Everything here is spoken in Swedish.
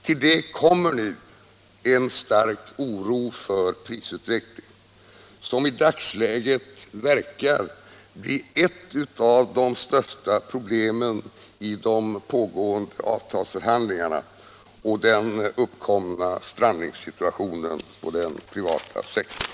Till det kommer nu en stark oro för prisutvecklingen, som i dagsläget verkar bli ett av de största problemen i de pågående avtalsförhandlingarna och den uppkomna strandningssituationen på den privata sektorn.